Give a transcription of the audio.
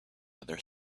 other